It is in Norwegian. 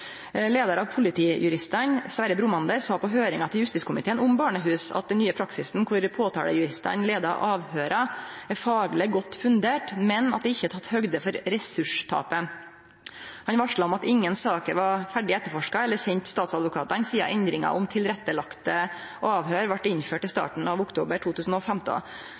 av Politijuristene, Sverre Bromander, sa på høyringa til justiskomiteen om barnehus at den nye praksisen, der påtalejuristane leier avhøyra, er fagleg godt fundert, men at det ikkje er teke høgd for ressurstapet. Han varsla om at ingen saker er vortne ferdig etterforska eller sende statsadvokatane sidan endringa om tilrettelagde avhøyr vart innført i starten av oktober 2015.